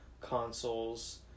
consoles